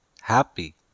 happy